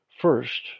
First